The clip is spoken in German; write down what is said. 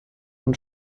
und